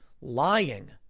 lying